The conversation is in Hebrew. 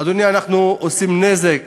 אדוני, אנחנו עושים נזק.